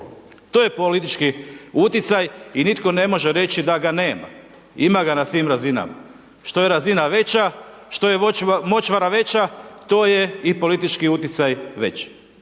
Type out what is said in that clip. To je politički utjecaj i nitko ne može reći da ga nema. Ima ga na svim razinama, što je razina veća, što je močvara veća, to je i politički utjecaj veći,